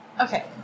Okay